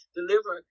deliver